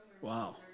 Wow